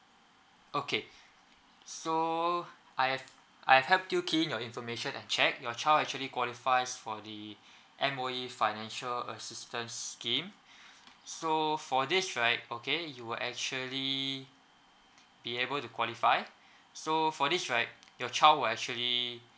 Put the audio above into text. okay so I have I have helped you key in your information and check your child actually qualifies the M_O_E financial assistance scheme so for this right okay you will actually be able to qualify so for this right your child will actually